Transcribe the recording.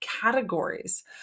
categories